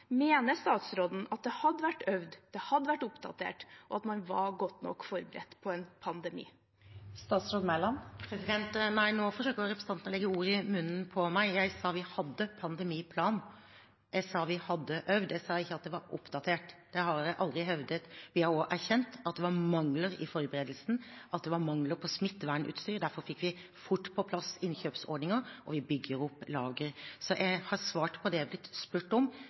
Mener statsråden at det hadde vært øvd, at planene hadde blitt oppdatert, og at man var godt nok forberedt på en pandemi? Nå forsøker representanten å legge ord i munnen på meg. Jeg sa: Vi hadde en pandemiplan. Jeg sa vi hadde øvd. Jeg sa ikke at det var oppdatert. Det har jeg aldri hevdet. Vi har også erkjent at det var mangler i forberedelsen, og at det var mangel på smittevernutstyr. Derfor fikk vi fort på plass innkjøpsordninger, og vi bygger opp lager. Så jeg har svart på det jeg har blitt spurt om.